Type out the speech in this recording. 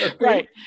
Right